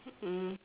mm